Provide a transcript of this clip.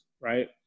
Right